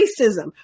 racism